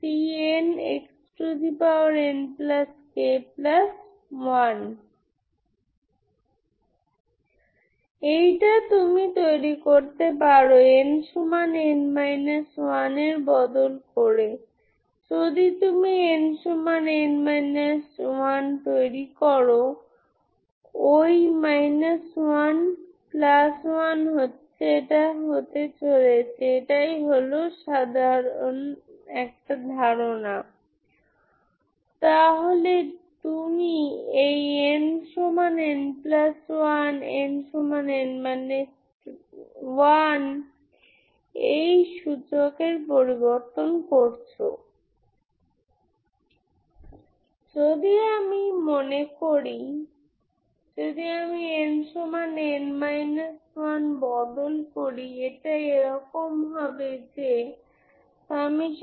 কিন্তু একমাত্র জিনিস হল n হল 0 λ হল 0 00 কিন্তু ইগেন ফাংশন 2 নয় কিন্তু তারা মাত্র 1 এর কারণ হল n 0 এর জন্য এটি সাইন 0 হয় তাই এই ফাংশনটি জিরো ফাংশন আমরা কেবল ননজিরো সমাধান খুঁজছি তাই ইগেন ফাংশনটি ননজিরো হওয়া উচিত যাতে আমরা যখন কোসাইন ফাংশনে n 0 রাখি এটি 1 হয়ে যায় তাই আমি ইতিমধ্যে এটি এখানে পেয়েছি